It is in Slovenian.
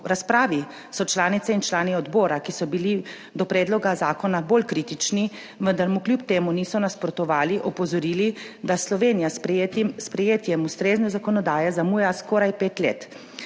razpravi so članice in člani odbora, ki so bili do predloga zakona bolj kritični, vendar mu kljub temu niso nasprotovali, opozorili, da Slovenija s sprejetjem ustrezne zakonodaje zamuja skorajpet let.